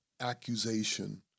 accusation